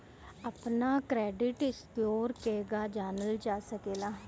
अपना credit score केगा जानल जा सकेला?